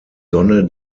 sonne